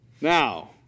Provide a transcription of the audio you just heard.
Now